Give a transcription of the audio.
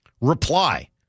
Reply